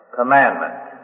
commandment